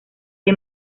que